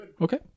Okay